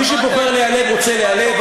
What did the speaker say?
מי שבוחר להיעלב רוצה להיעלב,